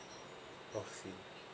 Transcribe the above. okay